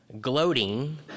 gloating